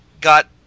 got